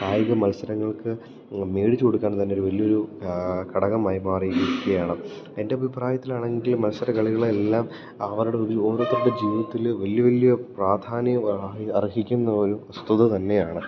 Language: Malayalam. കായിക മത്സരങ്ങൾക്ക് മേടിച്ച് കൊട്ക്കാന്തന്നൊരു വലിയൊരു ഘടകമായി മാറിയിരിക്കുകയാണ് എൻ്റെ അഭിപ്രായത്തിലാണെങ്കിൽ മത്സരകളികളെല്ലാം അവരുടെ ഓരോരുത്തരുടെ ജീവിത്തില് വലിയ വലിയ പ്രാധാന്യം അർ അർഹിക്കുന്നോര് വസ്തുതതന്നെയാണ്